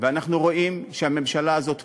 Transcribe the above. ואנחנו רואים שהממשלה הזאת פועלת: